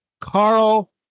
Carl